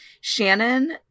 Shannon